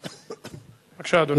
בבקשה, אדוני.